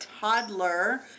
toddler